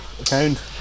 account